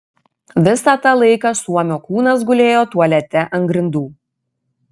visą tą laiką suomio kūnas gulėjo tualete ant grindų